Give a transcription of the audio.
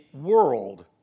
world